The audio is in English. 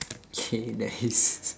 !chey! the haze